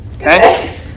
Okay